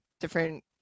different